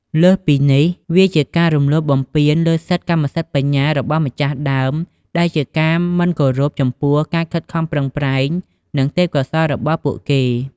លើសពីនេះ វាជាការរំលោភបំពានលើសិទ្ធិកម្មសិទ្ធិបញ្ញារបស់ម្ចាស់ដើម ដែលជាការមិនគោរពចំពោះការខិតខំប្រឹងប្រែង និងទេពកោសល្យរបស់ពួកគេ។